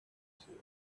seen